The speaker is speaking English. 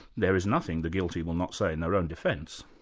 there is nothing the guilty will not say in their own defence.